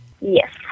Yes